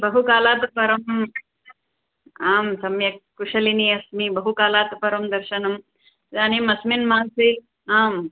बहु कालात् परम् आ सम्यक् कुशलिनी अस्मि बहुकालात् परं दर्शनम् इदानीम् अस्मिन् मासे आम्